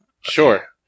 sure